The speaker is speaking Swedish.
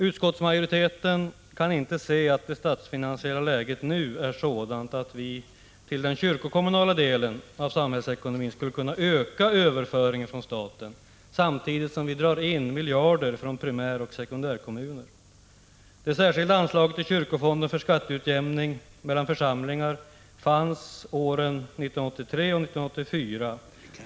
Utskottsmajoriteten kan inte se att det statsfinansiella läget nu är sådant att vi till den kyrkokommunala delen av samhällsekonomin skulle kunna öka överföringen från staten samtidigt som vi drar in miljarder från primäroch sekundärkommuner. Det särskilda anslaget till kyrkofonden för skatteutjämning mellan församlingar fanns åren 1983 och 1984.